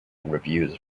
reviews